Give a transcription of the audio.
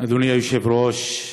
אדוני היושב-ראש,